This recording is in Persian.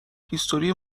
هیستوری